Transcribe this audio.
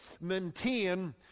maintain